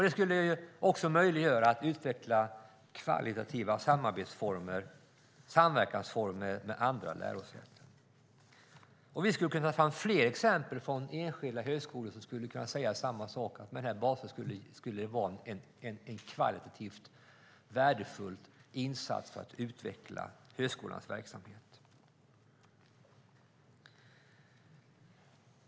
Det skulle också ge möjlighet att utveckla kvalitativa samverkansformer med andra lärosäten. Vi skulle kunna lyfta fram fler exempel från olika enskilda högskolor som säger samma sak, nämligen att den här basresursen skulle vara en kvalitativt värdefull insats för att utveckla högskolans verksamhet.